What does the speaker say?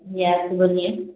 जी आप बोलिए